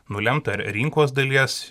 nulemta ir rinkos dalies